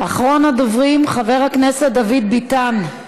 אחרון הדוברים, חבר הכנסת דוד ביטן,